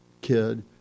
kid